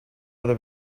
other